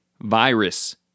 virus